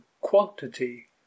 quantity